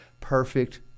perfect